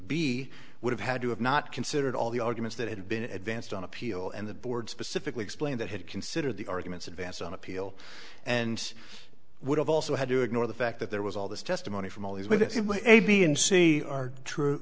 b would have had to have not considered all the arguments that had been advanced on appeal and the board specifically explained that had considered the arguments advanced on appeal and would have also had to ignore the fact that there was all this testimony from all these with a b and c are true